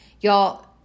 Y'all